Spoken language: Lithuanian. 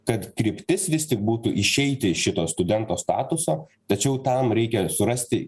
kad kryptis vis tik būtų išeiti iš šito studento statuso tačiau tam reikia surasti